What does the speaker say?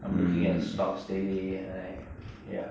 looking at stocks daily and like ya